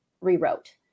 rewrote